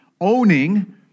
owning